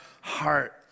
heart